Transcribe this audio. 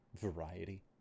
variety